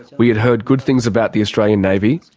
we had heard good things about the australian navy,